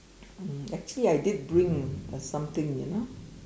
um actually I did bring a something you know